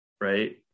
right